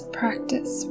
practice